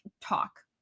talk